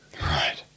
Right